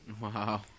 Wow